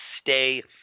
stay